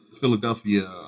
Philadelphia